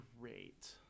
great